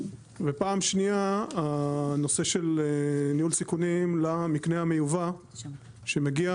ופעם שנייה הנושא של ניהול סיכונים למקנה המיובא שמגיע